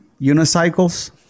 Unicycles